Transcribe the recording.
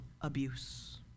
abuse